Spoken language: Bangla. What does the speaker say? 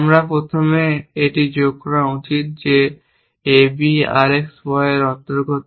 আমার প্রথমে এটি যোগ করা উচিত যে AB RX Y এর অন্তর্গত